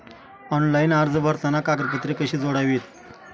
Online अर्ज भरताना कागदपत्रे कशी जोडावीत?